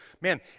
man